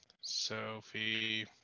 Sophie